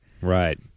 Right